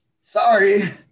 Sorry